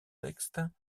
textes